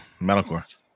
metalcore